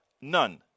None